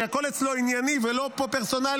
שהכול אצלו ענייני ולא פרסונלי,